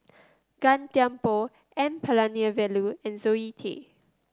Gan Thiam Poh N Palanivelu and Zoe Tay